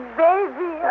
baby